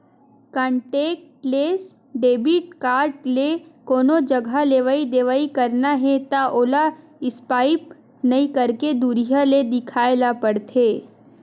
contactless debit card ले कोनो जघा लेवइ देवइ करना हे त ओला स्पाइप नइ करके दुरिहा ले देखाए ल परथे